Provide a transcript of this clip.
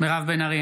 מירב בן ארי,